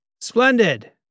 Splendid